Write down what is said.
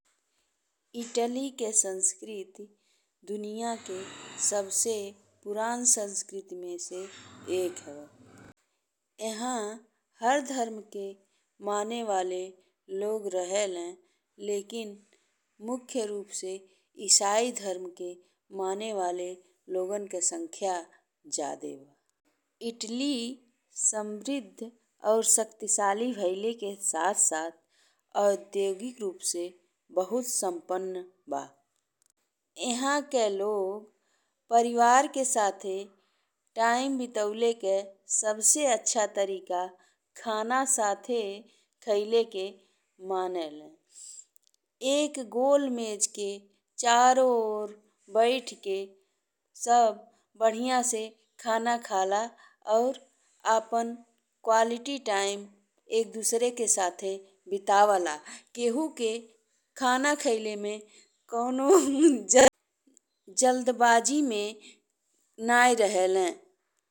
इटली के संस्कृति दुनिया के सबसे पुरान संस्कृति में से एक हवे। वहाँ हर धर्म के माने वाले लोग रहले, लेकिन मुख्य रूप से ईसाई धर्म के माने वाले लोगन के संख्या जादे बा। इटली समृद्ध और शक्तिशाली भइले के साथ साथ औद्योगिक रूप से बहुत संपन्न बा। एह के लोग परिवार के साथे टाइम बितवले के सबसे अच्छा तरीका खाना साथे खइले के मानेले। एक गोल में के चारो ओर बैठ के सब बढ़िया से खाना खाला और आपन कवालिटी टाइम एक दुसरे के साथे बितावेला केहू के खाना खइले में कउनो जल्दबाजी में नाहीं रहले।